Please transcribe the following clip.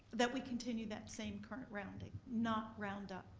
that we continue that same current rounding, not round up.